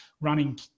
running